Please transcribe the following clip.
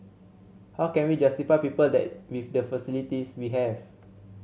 how can we justify people that with the facilities we have